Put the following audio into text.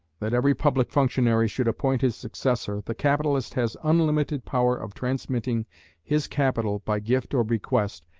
that every public functionary should appoint his successor, the capitalist has unlimited power of transmitting his capital by gift or bequest,